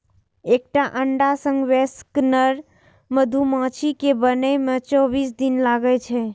एकटा अंडा सं वयस्क नर मधुमाछी कें बनै मे चौबीस दिन लागै छै